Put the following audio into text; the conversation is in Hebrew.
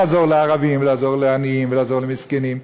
לעזור לערבים ולעזור לעניים ולעזור למסכנים,